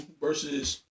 versus